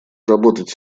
работать